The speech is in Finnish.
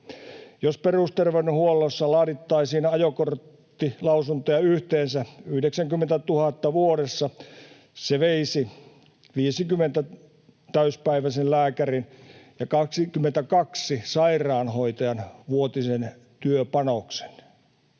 Jos perusterveydenhuollossa laadittaisiin ajokorttilausuntoja yhteensä 90 000 vuodessa, se veisi 50 täyspäiväisen lääkärin ja 22 sairaanhoitajan vuotuisen työpanoksen.